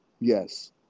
yes